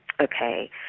okay